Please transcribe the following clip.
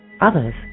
Others